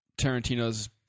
Tarantino's